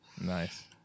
nice